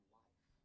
life